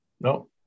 no